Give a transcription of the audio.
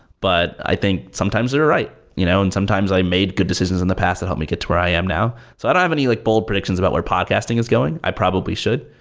but i think sometimes they're right, you know and sometimes i made good decisions decisions in the past that help me get to where i am now. so i don't have any like bold predictions about where podcasting is going. i probably should.